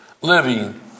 living